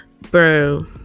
bro